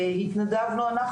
התנדבנו אנחנו,